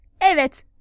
Evet